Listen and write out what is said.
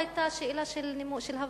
זו היתה שאלה של הבהרה,